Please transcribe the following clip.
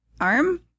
arm